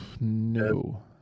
No